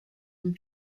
from